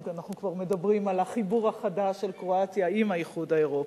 אם אנחנו כבר מדברים על החיבור החדש של קרואטיה עם האיחוד האירופי.